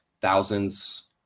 thousands